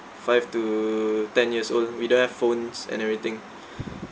five to ten years old we don't have phones and everything